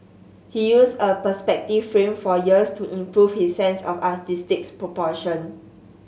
he used a perspective frame for years to improve his sense of artistic proportion